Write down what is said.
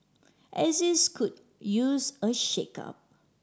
axis could use a shakeup